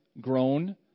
grown